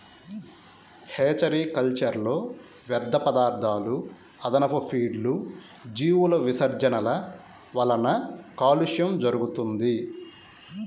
hatchery కల్చర్లో వ్యర్థపదార్థాలు, అదనపు ఫీడ్లు, జీవుల విసర్జనల వలన కాలుష్యం జరుగుతుంది